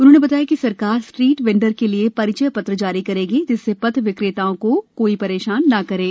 उन्होंने बताया कि सरकार स्ट्रीट वेंडर के लिए परिचय पत्र जारी करेगी जिससे पथ विक्रेताओं को कोई परेशान न करे